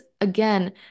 again